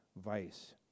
vice